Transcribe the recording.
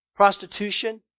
Prostitution